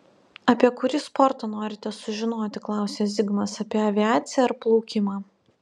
apie kurį sportą norite sužinoti klausia zigmas apie aviaciją ar plaukimą